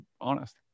honest